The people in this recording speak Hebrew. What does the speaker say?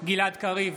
גלעד קריב,